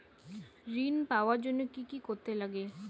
ঋণ পাওয়ার জন্য কি কি করতে লাগে?